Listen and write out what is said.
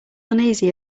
uneasy